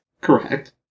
Correct